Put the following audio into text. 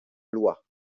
loi